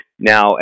Now